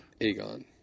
Aegon